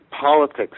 politics